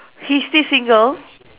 he still single